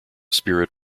spirit